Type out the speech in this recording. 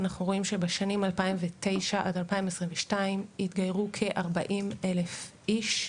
אנחנו רואים שבשנים 2009 עד 2022 התגיירו כ-40,000 איש.